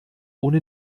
ohne